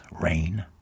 rain